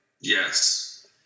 Yes